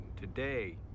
Today